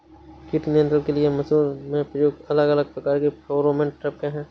कीट नियंत्रण के लिए मसूर में प्रयुक्त अलग अलग प्रकार के फेरोमोन ट्रैप क्या है?